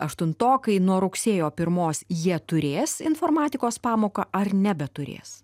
aštuntokai nuo rugsėjo pirmos jie turės informatikos pamoką ar nebeturės